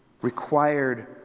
required